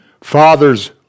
fathers